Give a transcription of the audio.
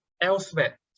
elsewhere